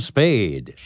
Spade